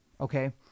Okay